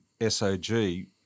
SOG